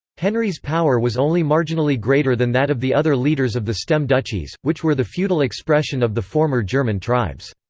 henry's power was only marginally greater than that of the other leaders of the stem duchies, which were the feudal expression of the former german tribes.